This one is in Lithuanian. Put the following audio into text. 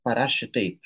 parašė taip